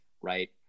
right